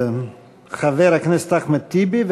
חבר הכנסת אחמד טיבי,